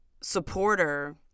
supporter